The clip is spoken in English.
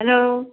hello